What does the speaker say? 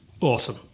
awesome